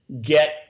get